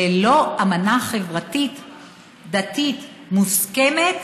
ללא אמנה חברתית-דתית מוסכמת